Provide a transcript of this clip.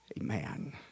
Amen